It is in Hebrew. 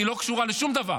היא לא קשורה לשום דבר.